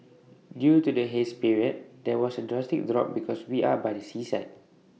due to the haze period there A drastic drop because we are by the seaside